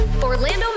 Orlando